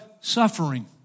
suffering